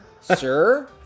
sir